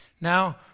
Now